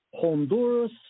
Honduras